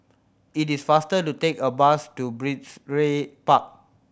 it is faster to take a bus to Park